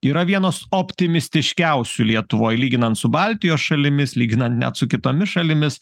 yra vienos optimistiškiausių lietuvoj lyginant su baltijos šalimis lyginant net su kitomis šalimis